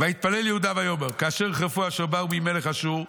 "ויתפלל יהודה ויאמר: כאשר חירפו אשר באו מעם מלך אשור"